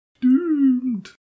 Doomed